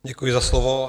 Děkuji za slovo.